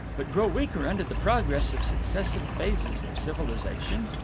but grow weaker under the progress of successive phases of civilization?